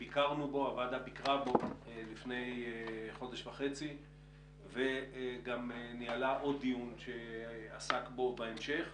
שהוועדה ביקרה בו לפני חודש וחצי וגם ניהלה עוד דיון שעסק בו בהמשך,